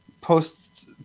posts